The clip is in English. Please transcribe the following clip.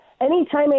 anytime